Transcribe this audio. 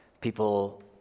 people